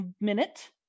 minute